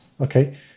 Okay